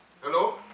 Hello